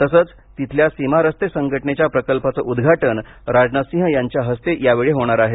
तसंच तिथल्या सीमा रस्ते संघटनेच्या प्रकल्पाचे उद्घाटन राजनाथ सिंह यांच्या हस्ते यावेळी होणार आहे